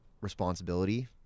responsibility